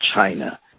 China